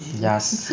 yas